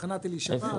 תחנת אלישמע,